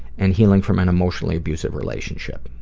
and healing from an emotionally abusive relationship.